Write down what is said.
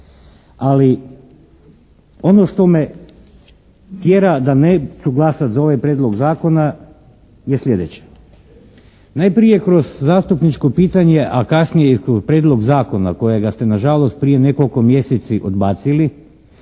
Ali ono što me tjera da neću glasati za ovaj prijedlog zakona je slijedeće. Najprije kroz zastupničko pitanje a kasnije i prijedlog zakona kojega ste nažalost prije nekoliko mjeseci odbacili